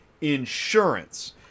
Insurance